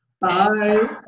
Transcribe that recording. Bye